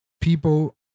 people